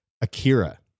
Akira